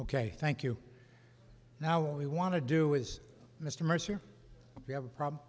ok thank you now what we want to do is mr mercer if you have a problem